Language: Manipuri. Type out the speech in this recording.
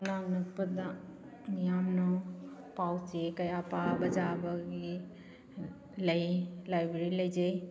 ꯃꯅꯥꯛ ꯅꯛꯄꯗ ꯃꯤꯌꯥꯝꯅ ꯄꯥꯎ ꯆꯦ ꯀꯌꯥ ꯄꯥꯕ ꯌꯥꯕꯒꯤ ꯂꯩ ꯂꯥꯏꯕꯦꯔꯤ ꯂꯩꯖꯩ